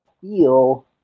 feel